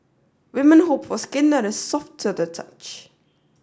women hope for skin that is soft to the touch